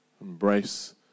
Embrace